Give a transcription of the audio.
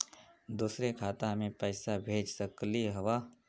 दुसरे खाता मैं पैसा भेज सकलीवह?